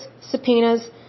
subpoenas